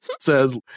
says